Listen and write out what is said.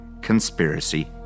conspiracy